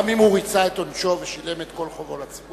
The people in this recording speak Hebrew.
גם אם הוא ריצה את עונשו ושילם את כל חובו לציבור?